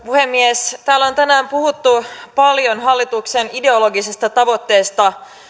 puhemies täällä on tänään puhuttu paljon hallituksen ideologisesta tavoitteesta